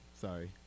Sorry